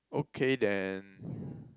okay then